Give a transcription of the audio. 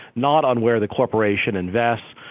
not on where the corporation invests,